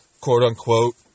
quote-unquote